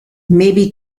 maybe